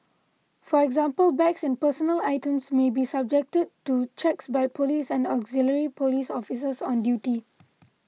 for example bags and personal items may be subjected to checks by police and auxiliary police officers on duty